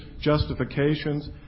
justifications